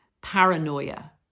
paranoia